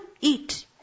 eat